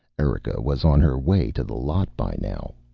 erika was on her way to the lot by now.